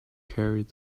carried